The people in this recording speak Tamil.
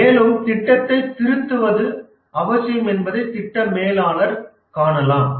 மேலும் திட்டத்தை திருத்துவது அவசியம் என்பதை திட்ட மேலாளர் காணலாம்